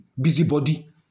busybody